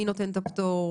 מי נותן את הפטור,